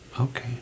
Okay